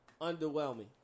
underwhelming